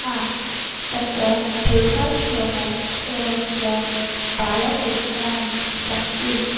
आं तत्र वृद्धाश्रमः एवं च बालकेन्द्राणि सन्ति